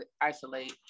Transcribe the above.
isolate